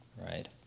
right